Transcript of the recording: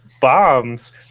bombs